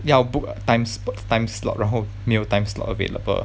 要 book times~ time slot 然后没有 time slot available